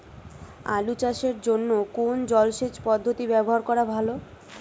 আলু চাষের জন্য কোন জলসেচ পদ্ধতি ব্যবহার করা ভালো?